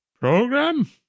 Program